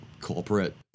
corporate